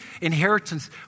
inheritance